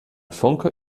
funke